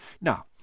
Now